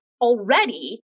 already